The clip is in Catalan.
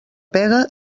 pega